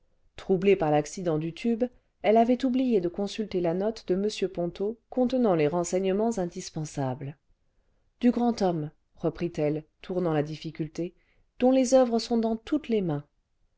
troublée par l'accident du tube elle avait oublié de consulter la note de m ponto contenant les renseignements indispensables ce du grand homme reprit-elle tournant la difficulté dont les oeuvres sont dans toutes les mains